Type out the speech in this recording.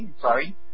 sorry